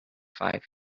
five